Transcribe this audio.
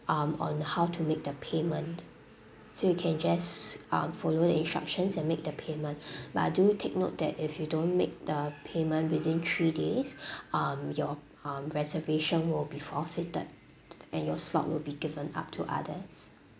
um on how to make the payment so you can just um follow the instructions and make the payment but do take note that if you don't make the payment within three days um your um reservation will be forfeited and your slot will be given up to others